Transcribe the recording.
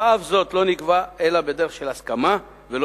ואף זאת לא נקבע אלא בדרך של הסכמה ולא